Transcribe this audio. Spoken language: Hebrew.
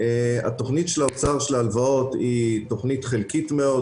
התוכנית של האוצר להלוואות היא תוכנית חלקית מאוד,